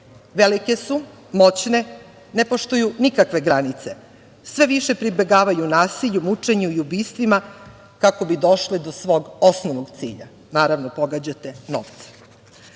„Velike su, moćne, ne poštuju nikakve granice, sve više pribegavaju nasilju, mučenju i ubistvima kako bi došle do svog osnovnog cilja, naravno, pogađate,